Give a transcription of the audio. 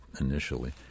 initially